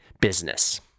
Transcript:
business